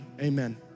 amen